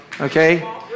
Okay